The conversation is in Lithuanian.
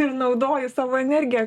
ir naudoji savo energiją